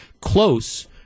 close